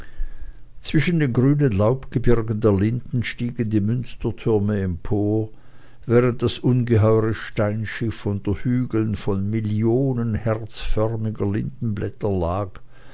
zwischen den grünen laubgebirgen der linden stiegen die münstertürme empor während das ungeheure steinschiff unter hügeln von millionen herzförmiger lindenblätter lag